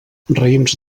raïms